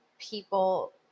people